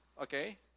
Okay